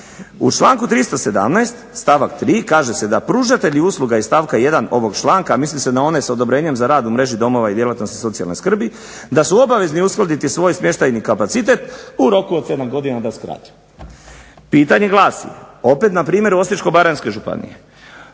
U članku 317. stavak 3. kaže se da pružatelji usluga iz stavka 1. ovog članka, a misli se na one s odobrenjem za rad u mreži domova i djelatnosti socijalne skrbi, da su obavezni uskladiti svoj smještajni kapacitet u roku od 7 godina da skratim. Pitanje glasi, opet na primjeru Osječko-baranjske županije.